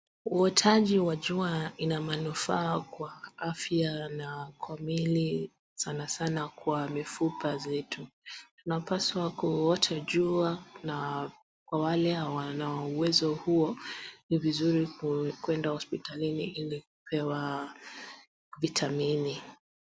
Uotaji wa jua una manufaa kwa afya na kwa miili sanasana kwa mifupa zetu. Tunapaswa kuota jua na kwa wale hawana uwezo huo ni vizuri kuenda hosipitali hili kupewa vitamini.